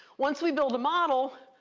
once we build a model,